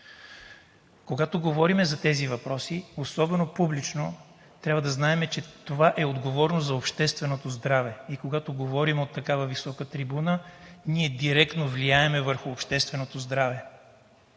Когато говорим за тези въпроси, особено публично, трябва да знаем, че това е отговорно за общественото здраве и когато говорим от такава висока трибуна, ние директно влияем върху общественото здраве.